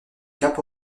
cap